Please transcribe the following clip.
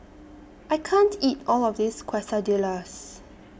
I can't eat All of This Quesadillas